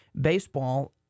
Baseball